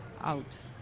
out